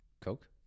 coke